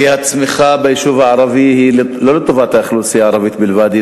כי הצמיחה ביישוב הערבי היא לא לטובת האוכלוסייה הערבית בלבד,